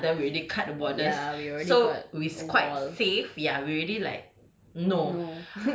person already kena then we already cut the borders so it's quite safe ya we already like